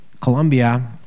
Colombia